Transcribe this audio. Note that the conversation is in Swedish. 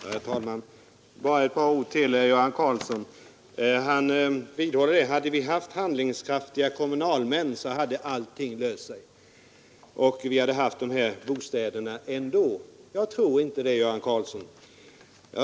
Herr talman! Bara ett par ord till herr Karlsson i Huskvarna. Han vidhåller att hade vi haft handlingskraftiga kommunalmän, hade alla problem löst sig och vi hade haft dessa bostäder. Jag tror inte det, Göran Karlsson.